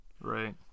right